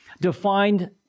defined